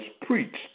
preached